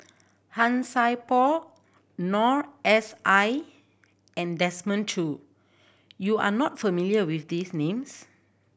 Han Sai Por Noor S I and Desmond Choo you are not familiar with these names